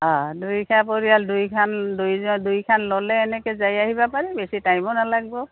অঁ দুইষা পৰিয়াল দুইখান দুজন দুইখান ল'লে এনেকে যাই আহিব পাৰি বেছি টাইমো নালাগব